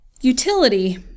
Utility